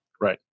Right